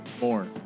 More